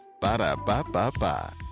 Ba-da-ba-ba-ba